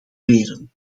leren